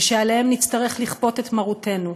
ושעליהם נצטרך לכפות את מרותנו.